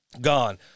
Gone